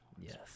Yes